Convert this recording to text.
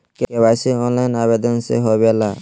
KYC online आवेदन से होवे ला?